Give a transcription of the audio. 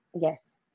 Yes